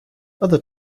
other